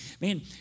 man